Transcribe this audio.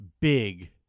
big